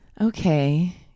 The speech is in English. okay